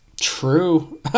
True